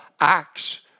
acts